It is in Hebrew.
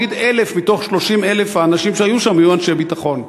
נגיד 1,000 מתוך 30,000 האנשים שהיו שם היו אנשי ביטחון.